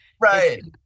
Right